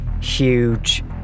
huge